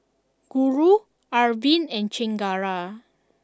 Guru Arvind and Chengara